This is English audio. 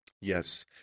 Yes